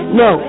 no